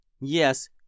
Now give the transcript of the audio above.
Yes